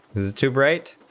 as too bright